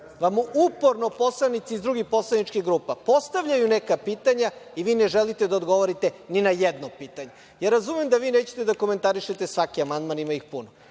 vam uporno poslanici iz drugih poslaničkih grupa postavljaju neka pitanja i vi ne želite da odgovorite ni na jedno pitanje. Ja razumem da vi nećete da komentarišete svaki amandman, ima ih puno,